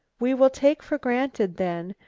we will take for granted, then,